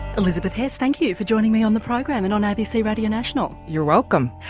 elizabeth hess, thank you for joining me on the program and on abc radio national. you're welcome.